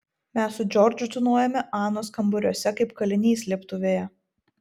mes su džordžu tūnojome anos kambariuose kaip kaliniai slėptuvėje